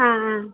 ആ ആ